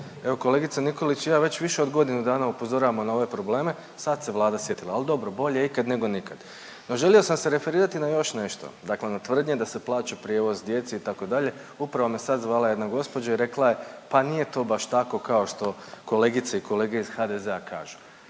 Evo kolegica Nikolić i ja već više od godinu dana upozoravamo na ove probleme, sad se Vlada sjetila, ali dobro bolje ikad nego nikad. No želio sam se referirati na još nešto, dakle na tvrdnje da se plaća prijevoz djeci itd., upravo me sad zvala jedna gospođa i rekla je pa nije to baš tako kao što kolegice i kolege iz HDZ-a kažu.